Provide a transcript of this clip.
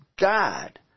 God